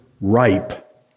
ripe